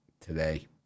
today